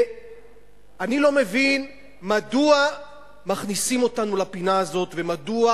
אני לא מבין מדוע מכניסים אותנו לפינה הזאת ומדוע